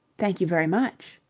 thank you very much.